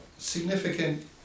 Significant